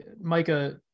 micah